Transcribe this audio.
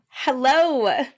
Hello